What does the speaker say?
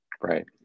Right